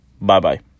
Bye-bye